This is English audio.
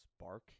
spark